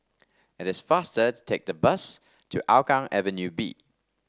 it is faster to take the bus to Hougang Avenue B